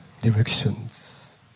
directions